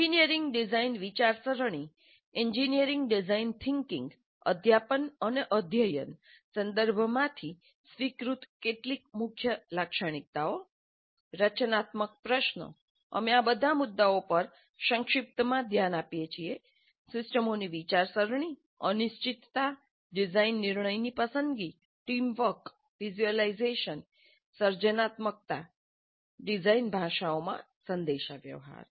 engineering design વિચારસરણી engineering design thinking અધ્યાપન અને અધ્યયન સંદર્ભમાંથી સ્વીકૃત કેટલીક મુખ્ય લાક્ષણિક્તાઓ રચનાત્મક પ્રશ્નો અમે આ બધા મુદ્દાઓ પર સંક્ષિપ્તમાં ધ્યાન આપીએ છીએ સિસ્ટમોની વિચારસરણી અનિશ્ચિતતા ડિઝાઇન નિર્ણયની પસંદગી ટીમ વર્ક વિઝ્યુલાઇઝેશન સર્જનાત્મકતા ડિઝાઇન ભાષાઓમાં સંદેશાવ્યવહાર